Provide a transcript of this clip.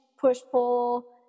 push-pull